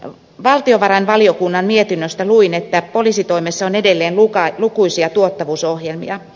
valtiovarainvaliokunnan mietinnöstä luin että poliisitoimessa on edelleen lukuisia tuottavuusohjelmia